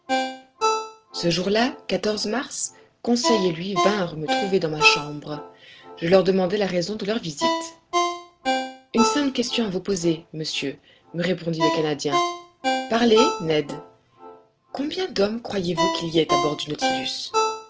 ce jour-là mars conseil et lui vinrent me trouver dans ma chambre je leur demandai la raison de leur visite une simple question à vous poser monsieur me répondit le canadien parlez ned combien d'hommes croyez-vous qu'il y ait à bord du nautilus